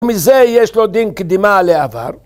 מזה יש לו דין קדימה על העבר.